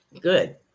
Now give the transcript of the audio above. good